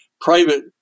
private